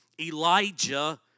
Elijah